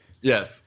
Yes